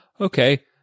okay